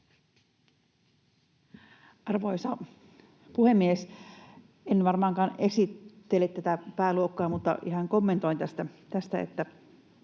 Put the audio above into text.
Arvoisa puhemies! En varmaankaan esittele tätä pääluokkaa, mutta ihan kommentoin tästä, että